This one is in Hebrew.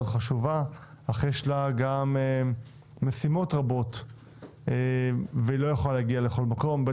חשובה אך יש לה גם משימות רבות והיא לא יכולה להגיע לכל מקום,